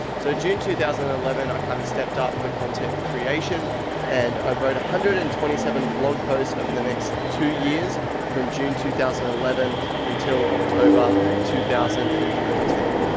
so june two thousand and eleven, i kind of stepped up the content creation and i wrote one hundred and twenty seven blog posts over the next two years from june two thousand and eleven until october two thousand and thirteen.